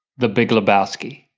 the big lebowski.